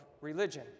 religion